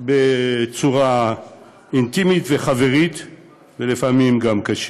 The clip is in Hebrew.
בצורה אינטימית וחברית, לפעמים גם קשים.